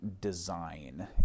design